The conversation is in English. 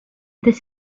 this